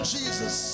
Jesus